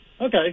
Okay